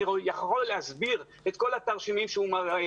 אני יכול להסביר את כל התרשימים שהוא מראה